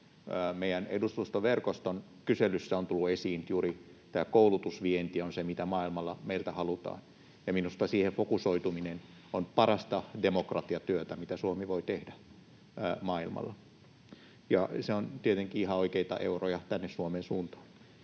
meidän edustustoverkoston kyselyssä on tullut esiin juuri tämä, että koulutusvienti on se, mitä maailmalla meiltä halutaan, ja minusta siihen fokusoituminen on parasta demokratiatyötä, mitä Suomi voi tehdä maailmalla, ja se on tietenkin ihan oikeita euroja tänne Suomeen suuntaan.